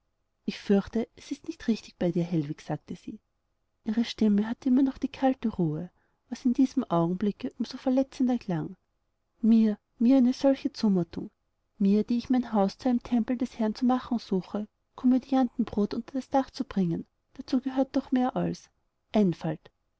ich fürchte es ist nicht richtig bei dir hellwig sagte sie ihre stimme hatte noch immer die kalte ruhe was in diesem augenblicke um so verletzender klang mir mir eine solche zumutung mir die ich mein haus zu einem tempel des herrn zu machen suche komödiantenbrut unter das dach zu bringen dazu gehört mehr noch als einfalt